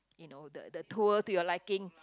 you know the the tour to your liking